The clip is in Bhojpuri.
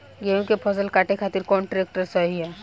गेहूँ के फसल काटे खातिर कौन ट्रैक्टर सही ह?